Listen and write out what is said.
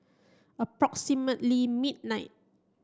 approximately midnight